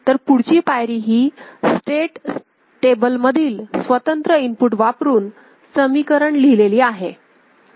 तर पुढची पायरी ही स्टेट टेबल मधील स्वतंत्र इनपुट वापरून समीकरण लिहिलेली आहे